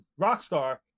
Rockstar